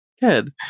good